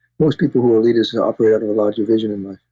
most people who are leaders and operate under a larger vision in life.